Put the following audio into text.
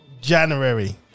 January